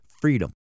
freedom